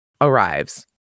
arrives